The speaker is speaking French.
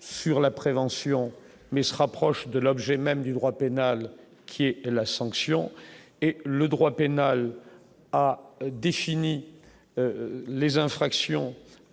sur la prévention, mais se rapproche de l'objet même du droit pénal, qui est la sanction et le droit pénal, a défini les infractions,